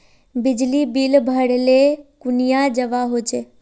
बिजली बिल भरले कुनियाँ जवा होचे?